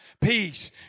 peace